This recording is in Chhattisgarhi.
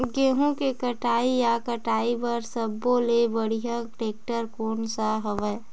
गेहूं के कटाई या कटाई बर सब्बो ले बढ़िया टेक्टर कोन सा हवय?